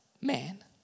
man